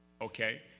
okay